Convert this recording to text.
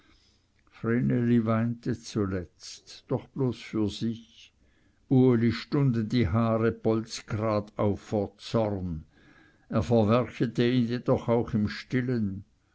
weinte zuletzt doch bloß für sich uli stunden die haare bolzgerade auf vor zorn er verwerchete ihn jedoch auch im stillen